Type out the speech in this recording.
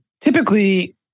typically